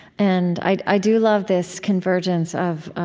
and i i do love this convergence of